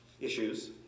issues